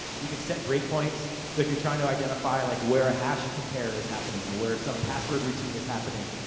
you can set break points. so, if you're trying to identify, like where a hash compare is happening, or where some password routine is happening,